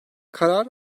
karar